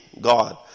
God